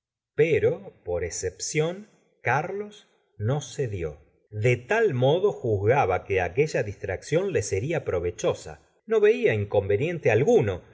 pero por excepción carlos no cedió de tal modo juzgaba que aquella distracción le seria provechosa no veía inconveniente alguno